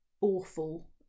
awful